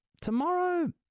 Tomorrow